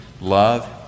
love